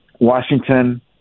Washington